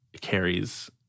Carrie's